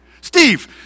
Steve